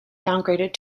downgraded